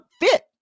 fit